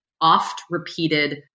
oft-repeated